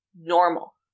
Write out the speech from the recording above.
Normal